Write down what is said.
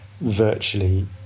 virtually